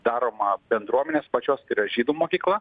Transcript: daroma bendruomenės pačios tai yra žydų mokykla